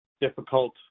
difficult